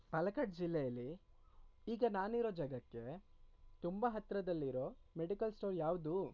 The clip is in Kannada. ಪಾಲಕ್ಕಾಡ್ ಜಿಲ್ಲೆಯಲ್ಲಿ ಈಗ ನಾನಿರೋ ಜಾಗಕ್ಕೆ ತುಂಬ ಹತ್ತಿರದಲ್ಲಿರೋ ಮೆಡಿಕಲ್ ಸ್ಟೋರ್ ಯಾವುದು